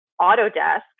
Autodesk